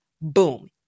Boom